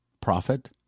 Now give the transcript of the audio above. prophet